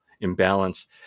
imbalance